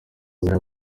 bariya